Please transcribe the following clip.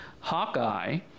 Hawkeye